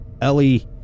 Ellie